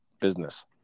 business